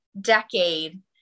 decade